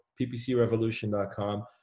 ppcrevolution.com